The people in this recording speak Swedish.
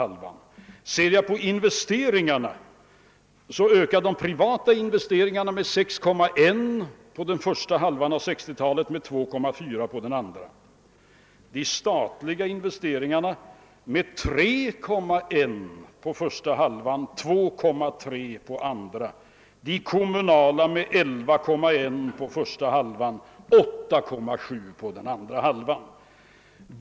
De privata investeringarna ökade med 6,1 procent under första hälften av 1960-talet och med 2,4 procent under den andra hälften. De statliga investeringarna ökade med 3,1 procent under första halvan och 2,3 procent under den andra halvan av 1960-talet. De kommunala investeringarna ökade med 11,1 procent under första hälften och med 8,7 procent under den andra hälften.